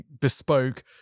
bespoke